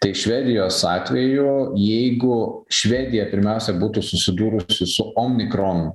tai švedijos atveju jeigu švedija pirmiausia būtų susidūrusi su omikron